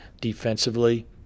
defensively